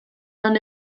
lan